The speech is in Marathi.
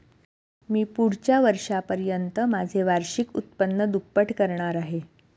मी पुढच्या वर्षापर्यंत माझे वार्षिक उत्पन्न दुप्पट करणार आहे